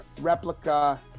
replica